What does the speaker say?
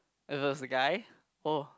it was a guy oh